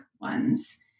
ones